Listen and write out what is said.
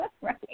right